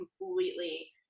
completely